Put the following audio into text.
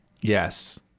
Yes